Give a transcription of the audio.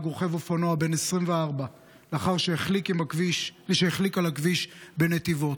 רוכב אופנוע בן 24 לאחר שהחליק על הכביש בנתיבות.